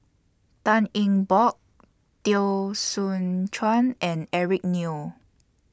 Tan Eng Bock Teo Soon Chuan and Eric Neo